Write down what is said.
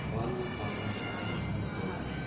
वाहनस्थापनकार्यं सम्यक् भवति